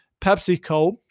PepsiCo